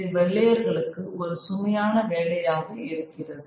இது வெள்ளையர்களுக்கு ஒரு சுமையான வேலையாக இருக்கிறது